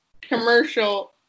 commercial